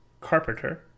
carpenter